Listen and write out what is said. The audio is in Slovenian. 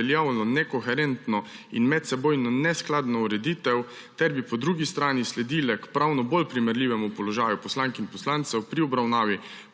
veljavno nekoherentno in medsebojno neskladno ureditev ter bi po drugi strani sledile k pravno bolj primerljivemu položaju poslank in poslancev pri obravnavi potencialne